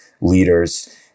leaders